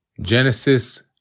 Genesis